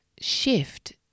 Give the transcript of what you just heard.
shift